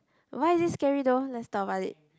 why is it scary though let's talk about it